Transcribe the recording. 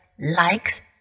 likes